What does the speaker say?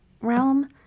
realm